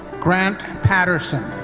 grant patterson.